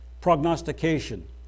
prognostication